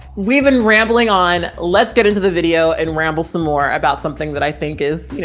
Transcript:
we've been rambling on. let's get into the video and ramble some more about something that i think is, you